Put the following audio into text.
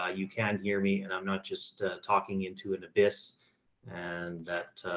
ah you can hear me and i'm not just talking into an abyss and that,